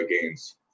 gains